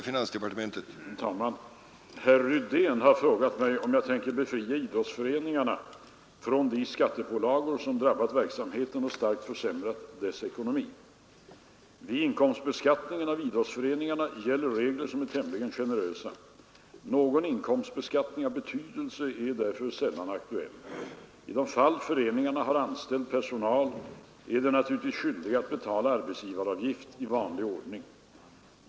Herr talman! Herr Rydén har frågat mig om jag tänker befria idrottsföreningarna från de skattepålagor, som drabbat verksamheten och starkt försämrat deras ekonomi. Vid inkomstbeskattningen av idrottsföreningarna gäller regler som är tämligen generösa. Någon inkomstbeskattning av betydelse är därför sällan aktuell. I de fall föreningarna har anställd personal är de naturligtvis skyldiga att betala arbetsgivaravgift i vanlig ordning.